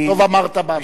טוב אמרת בהתחלה.